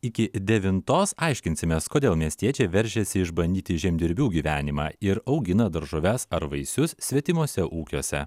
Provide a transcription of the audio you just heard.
iki devintos aiškinsimės kodėl miestiečiai veržiasi išbandyti žemdirbių gyvenimą ir augina daržoves ar vaisius svetimuose ūkiuose